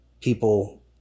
people